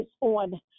on